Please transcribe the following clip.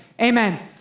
amen